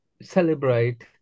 celebrate